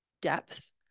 depth